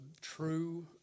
true